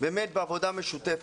באמת בעבודה משותפת,